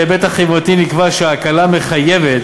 בהיבט החברתי נקבע שההקלה מחייבת